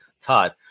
Todd